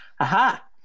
Aha